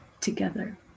together